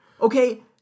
okay